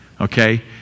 Okay